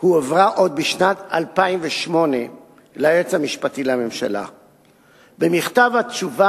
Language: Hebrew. הועברה ליועץ המשפטי לממשלה עוד בשנת 2008. במכתב התשובה